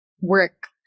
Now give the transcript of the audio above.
work